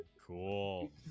Cool